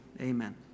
amen